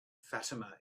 fatima